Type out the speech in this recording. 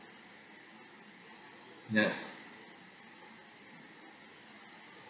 ya